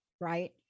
Right